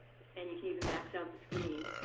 and you can even max out the screen.